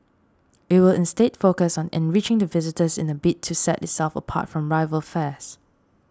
it will instead focus on enriching the visitor's in a bid to set itself apart from rival fairs